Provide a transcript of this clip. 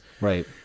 right